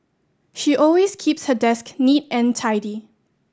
she always keeps her desk neat and tidy